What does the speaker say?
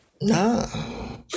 no